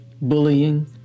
bullying